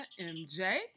MJ